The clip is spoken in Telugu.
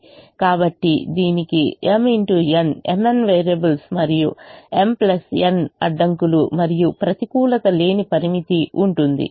కాబట్టి దీనికి mn వేరియబుల్స్ మరియు m n అడ్డంకులు మరియు ప్రతికూలత లేని పరిమితి ఉంటుంది